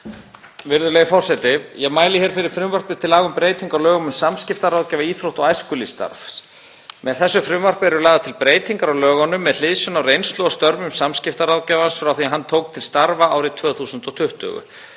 Virðulegi forseti. Ég mæli fyrir frumvarpi til laga um breytingu á lögum um samskiptaráðgjafa íþrótta- og æskulýðsstarfs. Með frumvarpinu eru lagðar til breytingar á lögunum með hliðsjón af reynslu og störfum samskiptaráðgjafans frá því að hann tók til starfa árið 2020.